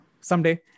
Someday